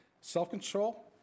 self-control